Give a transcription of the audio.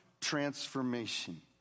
transformation